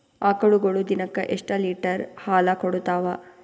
ಆಕಳುಗೊಳು ದಿನಕ್ಕ ಎಷ್ಟ ಲೀಟರ್ ಹಾಲ ಕುಡತಾವ?